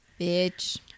Bitch